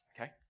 okay